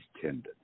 tendon